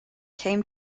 came